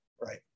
right